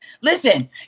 Listen